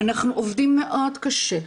אנחנו עובדים מאוד קשה.